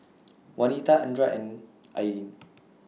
Wanita Andra and Ilene